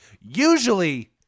usually